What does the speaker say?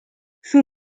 son